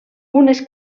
unes